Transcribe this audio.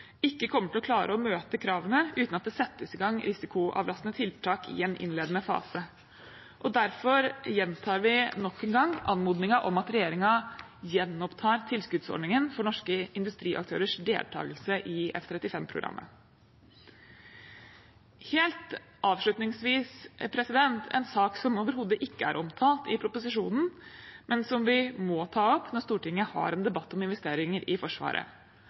ikke kommer til å klare å møte kravene uten at det settes i gang risikoavlastende tiltak i en innledende fase. Derfor gjentar vi nok en gang anmodningen om at regjeringen gjenopptar tilskuddsordningen for norske industriaktørers deltakelse i F-35-programmet. Helt avslutningsvis vil jeg nevne en sak som overhodet ikke er omtalt i proposisjonen, men som vi må ta opp når Stortinget har en debatt om investeringer i Forsvaret.